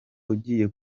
ugiye